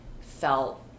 felt